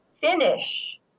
finish